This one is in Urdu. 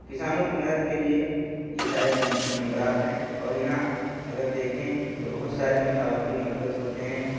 کسانوں کی مدد کے لیے یہ سارے نمبرات ہیں اور یہاں اگر دیکھیں تو بہت سارے مشاورتی مرکز ہوتے ہیں